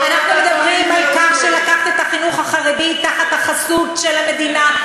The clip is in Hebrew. אנחנו מדברים על לקחת את החינוך החרדי תחת החסות של המדינה,